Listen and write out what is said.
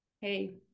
hey